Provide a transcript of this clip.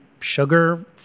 sugar